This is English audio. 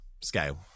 scale